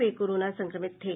वे corona संक्रमित थे